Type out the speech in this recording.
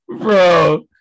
Bro